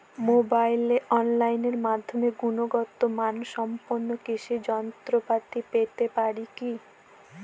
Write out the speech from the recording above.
মোবাইলে অনলাইনের মাধ্যমে গুণগত মানসম্পন্ন কৃষি যন্ত্রপাতি পেতে পারি কি?